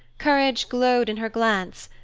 courage glowed in her glance,